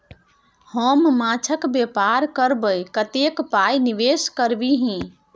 हम माछक बेपार करबै कतेक पाय निवेश करबिही?